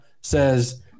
says